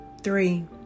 three